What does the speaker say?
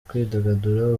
kwidagadura